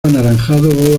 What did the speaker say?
anaranjado